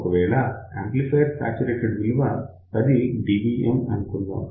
ఒకవేళ amplifier saturated విలువ 10 dBm అనుకుందాం